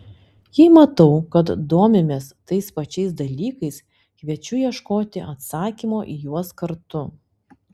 jei matau kad domimės tais pačiais dalykais kviečiu ieškoti atsakymo į juos kartu